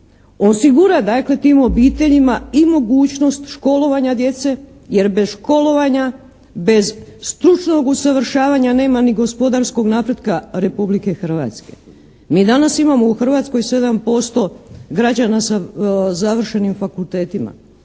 mi osigurati, dakle, tim obiteljima i mogućnost školovanja djece jer bez školovanja, bez stručnog usavršavanja nema ni gospodarskog napretka Republike Hrvatske. Mi danas imamo u Hrvatskoj 7% građana sa završenim fakultetima.